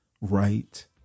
right